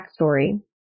backstory